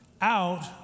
out